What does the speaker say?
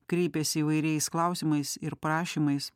kreipiasi įvairiais klausimais ir prašymais